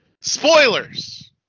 Spoilers